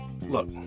look